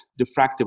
diffractive